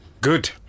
Good